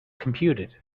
computed